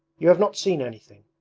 you have not seen anything,